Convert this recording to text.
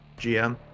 GM